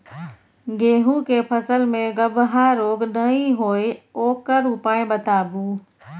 गेहूँ के फसल मे गबहा रोग नय होय ओकर उपाय बताबू?